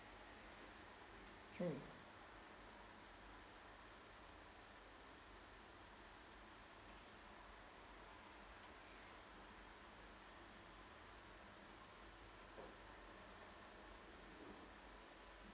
mm